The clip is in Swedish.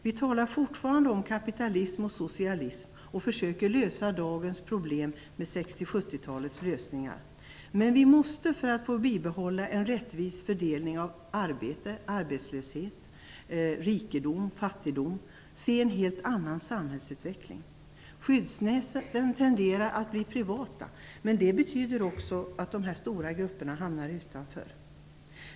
Vi talar fortfarande om kapitalism och socialism och försöker lösa dagens problem med 60-70-talets lösningar. Men vi måste för att få bibehålla en rättvis fördelning av arbete fattigdom föreställa oss en helt annan samhällsutveckling. Skyddsnäten tenderar att bli privata, men det betyder också att de stora grupperna hamnar utanför.